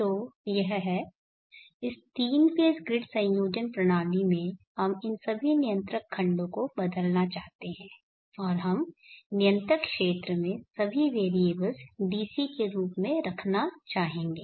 तो यह है इस 3 फेज़ ग्रिड संयोजन प्रणाली में हम इन सभी नियंत्रक खण्डों को बदलना चाहते हैं और हम नियंत्रक क्षेत्र में सभी वेरिएबल्स DC के रूप में रखना चाहेंगे